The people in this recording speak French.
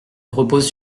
repose